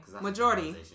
majority